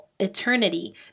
eternity